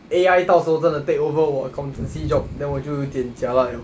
A_I 到时候真的 take over 我 accountancy job then 我就有一点 jialat liao